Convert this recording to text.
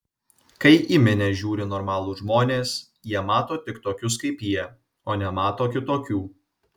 kai į minią žiūri normalūs žmonės jie mato tik tokius kaip jie o nemato kitokių